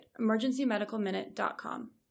emergencymedicalminute.com